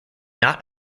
not